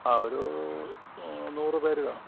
ആ ഒരു നൂറ് പേർ കാണും